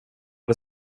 det